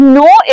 no